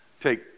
take